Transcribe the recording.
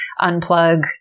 unplug